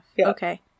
Okay